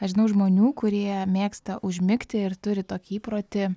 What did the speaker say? aš žinau žmonių kurie mėgsta užmigti ir turi tokį įprotį